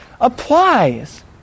applies